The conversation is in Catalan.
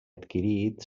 adquirit